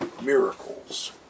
miracles